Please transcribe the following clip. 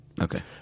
Okay